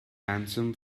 ransom